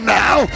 now